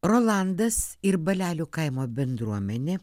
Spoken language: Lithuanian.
rolandas ir balelių kaimo bendruomenė